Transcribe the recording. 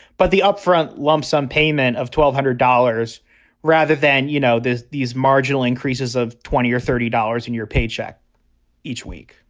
but the upfront lump sum payment of twelve hundred dollars rather than, you know, there's these marginal increases of twenty or thirty dollars in your paycheck each week.